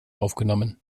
aufgenommen